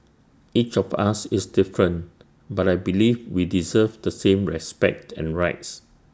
each of us is different but I believe we deserve the same respect and rights